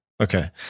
Okay